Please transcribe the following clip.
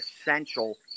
essential